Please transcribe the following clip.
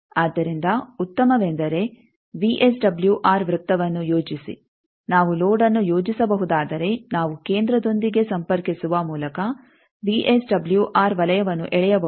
ಆದ್ದರಿಂದ ಉತ್ತಮವೆಂದರೆ ವಿಎಸ್ಡಬ್ಲ್ಯೂಆರ್ ವೃತ್ತವನ್ನು ಯೋಜಿಸಿ ನಾವು ಲೋಡ್ಅನ್ನು ಯೋಜಿಸಬಹುದಾದರೆ ನಾವು ಕೇಂದ್ರದೊಂದಿಗೆ ಸಂಪರ್ಕಿಸುವ ಮೂಲಕ ವಿಎಸ್ಡಬ್ಲ್ಯೂಆರ್ ವಲಯವನ್ನು ಎಳೆಯಬಹುದು